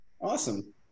awesome